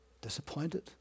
Disappointed